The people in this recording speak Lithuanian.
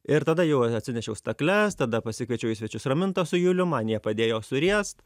ir tada jau atsinešiau stakles tada pasikviečiau į svečius ramintą su julium man jie padėjo suriest